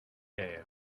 air